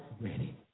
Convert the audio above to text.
ready